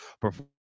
perform